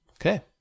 okay